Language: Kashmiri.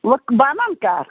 وۄنۍ بَنَن کَر